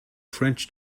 french